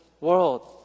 world